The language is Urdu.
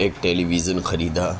ایک ٹیلی ویژن خریدا